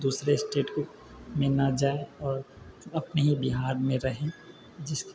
दोसरे स्टेटमे नहि जाइ आओर अपनेही बिहारमे रहै जिस